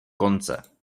konce